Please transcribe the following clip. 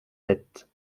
sept